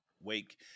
Wake